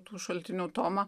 tų šaltinių tomą